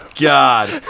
God